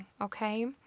Okay